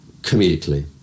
comedically